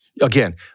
Again